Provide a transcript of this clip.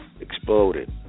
exploded